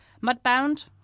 Mudbound